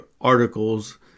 articles